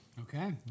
Okay